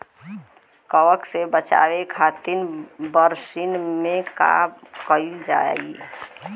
कवक से बचावे खातिन बरसीन मे का करल जाई?